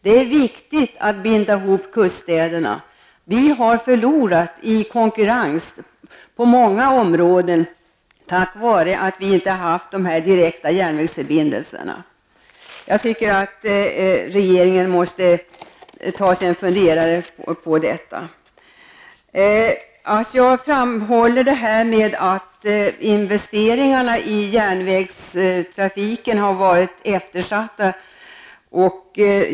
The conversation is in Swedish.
Det är viktigt att binda i hop kuststäderna. Vi har förlorat i konkurrenskraft på många områden på grund av att vi inte har haft dessa direkta järnvägsförbindelser. Jag tycker att regeringen här måste ta sig en funderare. Jag framhöll att järnvägsinvesteringarna varit eftersatta.